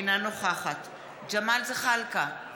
אינה נוכחת ג'מאל זחאלקה,